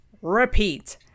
repeat